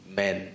men